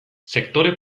sektore